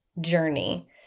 journey